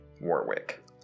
Warwick